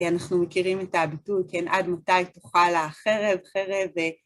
אנחנו מכירים את הביטוי, כן, עד מתי תאכל החרב, חרב...